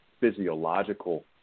physiological